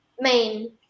main